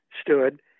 stood